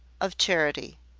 of charity.